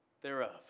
Thereof